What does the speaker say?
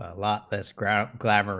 ah lott this grant grant demers